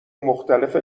مختلف